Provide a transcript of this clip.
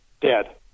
dead